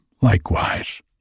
likewise